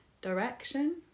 direction